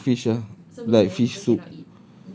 maybe you cook fish ah like fish soup